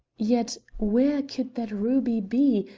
yet where could that ruby be,